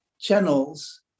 channels